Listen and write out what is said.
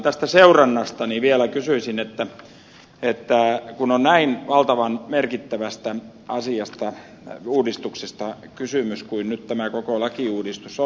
tästä seurannasta vielä kysyisin kun on näin valtavan merkittävästä uudistuksesta kysymys kuin nyt tämä koko lakiuudistus on